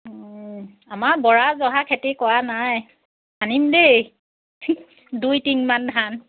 আমাৰ বৰা জহা খেতি কৰা নাই আনিম দেই দুই তিনিমান ধান